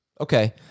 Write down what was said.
Okay